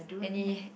any